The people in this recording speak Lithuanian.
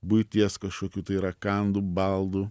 buities kažkokių tai rakandų baldų